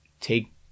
take